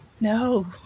no